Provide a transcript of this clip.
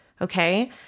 okay